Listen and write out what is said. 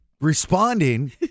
responding